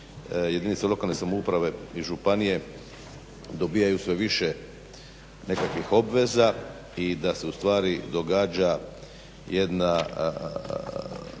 jedinice lokalne samouprave i županije dobivaju sve više nekakvih obveza i da se ustvari događa jedna